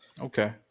Okay